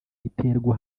iterwa